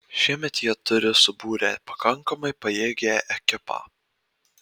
šiemet jie turi subūrę pakankamai pajėgią ekipą